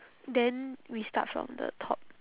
then we start from the top